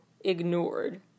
ignored